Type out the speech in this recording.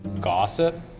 gossip